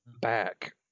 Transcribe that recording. back